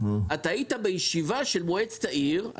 אתה היית בישיבה של מועצת העיר,